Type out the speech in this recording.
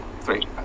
Three